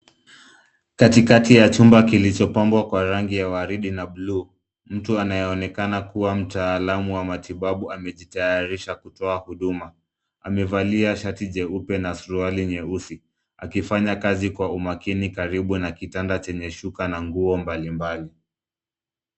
Katikati ya chumba kilichopambwa ya rangi ya waridi na buluu. Mtu anayeonekana kuwa mtaalum wa matibabu amejitayarisha kutoa huduma. Amevalia shati jeupe na suruali nyeusi akifanya kazi kwa umakini karibu na kitanda chenye shuka na nguo mbalimbali.